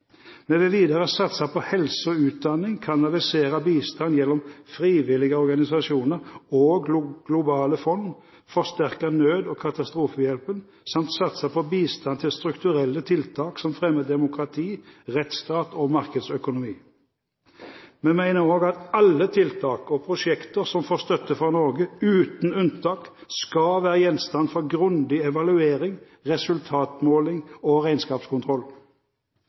Vi vil videre satse på helse og utdanning, kanalisere bistand gjennom frivillige organisasjoner og globale fond, forsterke nød- og katastrofehjelpen samt satse på bistand til strukturelle tiltak som fremmer demokrati, rettsstat og markedsøkonomi. Vi mener også at alle tiltak og prosjekter som får støtte fra Norge, uten unntak skal være gjenstand for grundig evaluering, resultatmåling og regnskapskontroll.